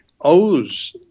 owes